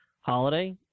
holiday